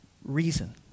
Reason